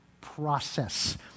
process